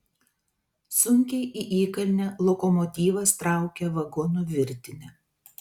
sunkiai į įkalnę lokomotyvas traukia vagonų virtinę